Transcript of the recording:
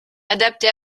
adapté